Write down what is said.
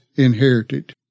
Inherited